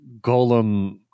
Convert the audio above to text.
golem